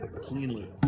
cleanly